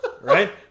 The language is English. right